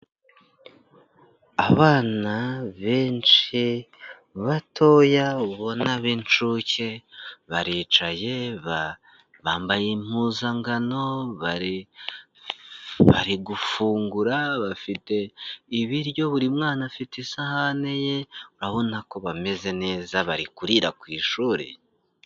Abana benshi batoya ubona a b'incuke baricaye bambaye impuzangano bari gufungura, bafite ibiryo buri mwana afite isahani ye urabona ko bameze neza bari kurira ku ishuri.